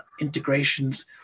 integrations